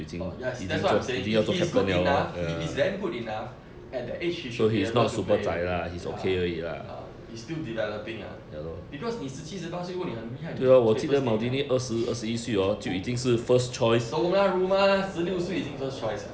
oh ya that's what I'm saying if he's good enough if he's damn good enough at that age you should be able to play already ya uh he's still developing ah because 你十七十八如果你很厉害你就 join first team liao dora rumah 十六岁已经 first choice liao